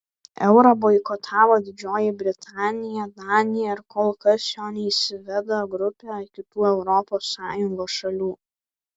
eurą boikotavo didžioji britanija danija ir kol kas jo neįsiveda grupė kitų europos sąjungos šalių